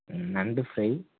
ம் நண்டு ஃப்ரை